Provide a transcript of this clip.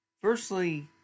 Firstly